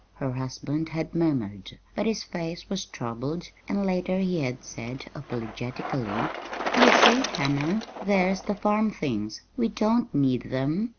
her husband had murmured but his face was troubled, and later he had said, apologetically you see, hannah, there's the farm things. we don't need them.